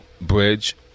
Bridge